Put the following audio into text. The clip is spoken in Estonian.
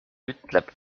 ütleb